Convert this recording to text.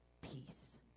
peace